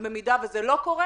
אם זה לא יקרה